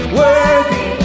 worthy